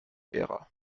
ära